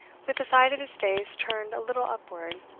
with the side of his face turned a little upward,